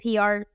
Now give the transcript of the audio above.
PR